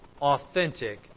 authentic